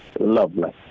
lovely